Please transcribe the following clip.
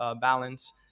balance